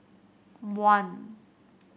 one